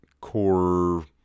core